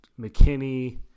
McKinney